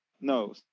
No